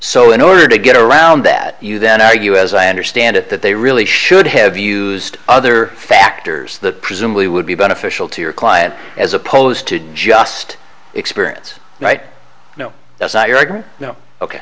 so in order to get around that you then argue as i understand it that they really should have used other factors that presumably would be beneficial to your client as opposed to just experience night you kno